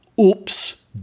Oops